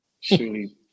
surely